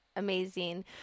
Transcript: amazing